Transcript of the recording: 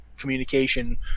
communication